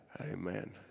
Amen